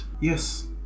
Yes